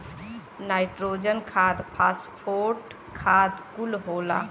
nitrogen खाद phosphate खाद कुल होला